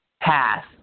pass